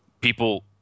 People